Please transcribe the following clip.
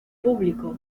público